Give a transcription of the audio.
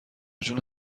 جون